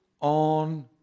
on